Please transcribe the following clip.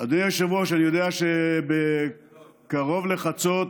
אדוני היושב-ראש, אני יודע שקרוב לחצות,